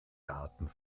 daten